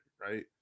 Right